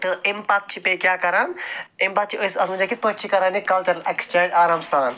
تہٕ اَمہِ پتہٕ چھِ بیٚیہِ کیٛاہ کران اَمہِ پتہٕ چھِ أسۍ اَتھ وُچھان کِتھۍ پٲٹھۍ چھِ کران یہِ کَلچَرَل ایٚکٕسچینٛج آرام سان